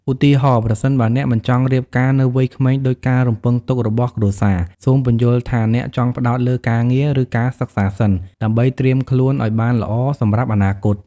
ឧទាហរណ៍ ប្រសិនបើអ្នកមិនចង់រៀបការនៅវ័យក្មេងដូចការរំពឹងទុករបស់គ្រួសារ សូមពន្យល់ថាអ្នកចង់ផ្ដោតលើការងារ ឬការសិក្សាសិន ដើម្បីត្រៀមខ្លួនឲ្យបានល្អសម្រាប់អនាគត។